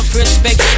respect